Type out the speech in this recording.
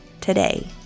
today